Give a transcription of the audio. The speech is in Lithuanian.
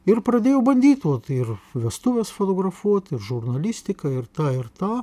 ir pradėjau bandyt vat ir vestuves fotografuot ir žurnalistiką ir tą ir tą